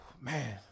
man